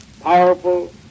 powerful